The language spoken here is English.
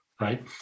right